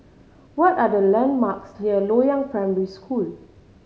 what are the landmarks near Loyang Primary School